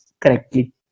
correctly